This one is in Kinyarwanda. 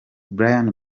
brian